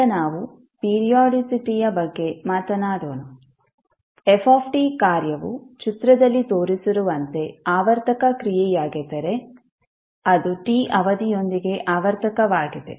ಈಗ ನಾವು ಪಿರಿಯೋಡಿಸಿಟಿಯ ಬಗ್ಗೆ ಮಾತನಾಡೋಣ f ಕಾರ್ಯವು ಚಿತ್ರದಲ್ಲಿ ತೋರಿಸಿರುವಂತೆ ಆವರ್ತಕ ಕ್ರಿಯೆಯಾಗಿದ್ದರೆ ಅದು t ಅವಧಿಯೊಂದಿಗೆ ಆವರ್ತಕವಾಗಿದೆ